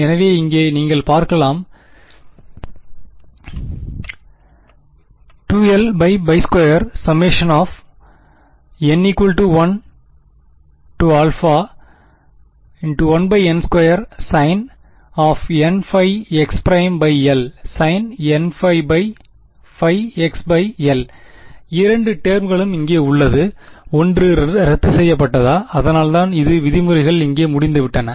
எனவே இங்கே நீங்கள் பார்க்கலாம் 2l2n11n2sinnxlsin இரண்டு டெர்ம்களும் இங்கே உள்ளது ஒன்று ரத்துசெய்யப்பட்டதா அதனால்தான் இது விதிமுறைகள் இங்கே முடிந்துவிட்டன